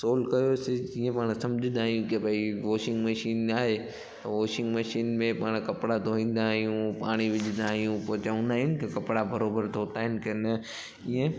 phone कयोसीं जीअं पाणि समुझंदा आहियूं की भई वॉशिंग मशीन आहे त वॉशिंग मशीन में पाणि कपिड़ा धोईंदा आहियूं पाणी विझंदा आहियूं पोइ चवंदा आहियूं न की कपिड़ा बराबरि धोता आहिनि की न इयं